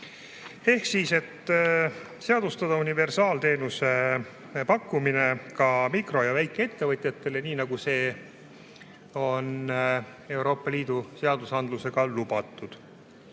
ehk seadustada universaalteenuse pakkumine ka mikro‑ ja väikeettevõtjatele, nii nagu see on Euroopa Liidu seadusandlusega lubatud.